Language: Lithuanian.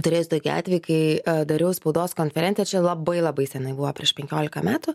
turėjus tokį atvejį kai dariau spaudos konferenciją čia labai labai senai buvo prieš penkiolika metų